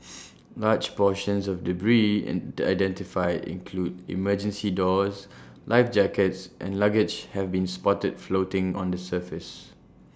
large portions of debris and identified include emergency doors life jackets and luggage have been spotted floating on the surface